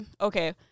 okay